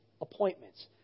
appointments